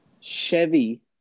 Chevy